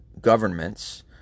governments